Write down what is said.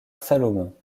salomon